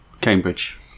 Cambridge